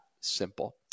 simple